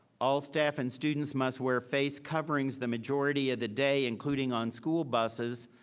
all staff and students must wear face coverings the majority of the day, including on school buses,